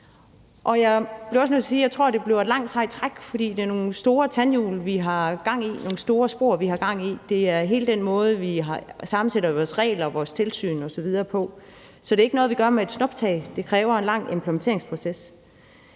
jeg tror, det bliver et langt, sejt træk, for det er nogle store tandhjul, vi har gang i, nogle store spor, vi har gang i. Det er hele den måde, vi sammensætter vores regler og vores tilsyn osv. på, så det er ikke noget, vi gør med et snuptag. Det kræver en lang implementeringsproces.